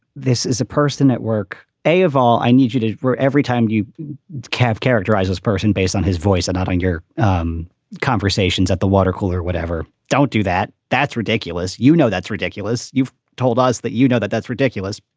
this is a person at work, a of all i need you to. every time you can characterize this person based on his voice and not on your um conversations at the watercooler, whatever. don't do that. that's ridiculous. you know, that's ridiculous. you've told us that. you know that. that's ridiculous.